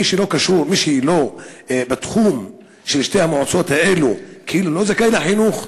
מי שלא בתחום של שתי המועצות האלה כאילו לא זכאי לחינוך?